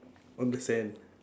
on the sand